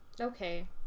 Okay